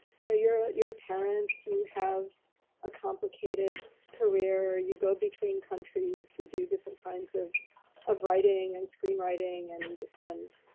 you know you're you're a parent, you have a complicated career. you go between countries, you do different kinds of of writing and screenwriting. and and,